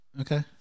Okay